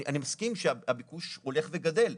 אני מסכים שהביקוש הולך וגדל,